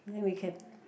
then we cab